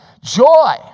Joy